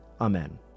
Amen